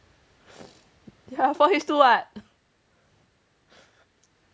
ya four H two [what]